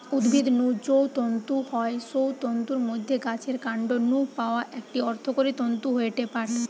উদ্ভিদ নু যৌ তন্তু হয় সৌ তন্তুর মধ্যে গাছের কান্ড নু পাওয়া একটি অর্থকরী তন্তু হয়ঠে পাট